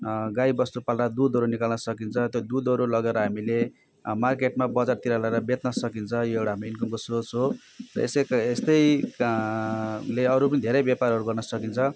गाईवस्तु पाल्दा दुधहरू निकाल्न सकिन्छ त्यो दुधहरू लगेर हामीले मार्केटमा बजारतिर लगेर बेच्न सकिन्छ यो हाम्रो एउटा इनकमको सोर्स हो र यसै का यस्तै ले अरू धेरै व्यापारहरू गर्न सकिन्छ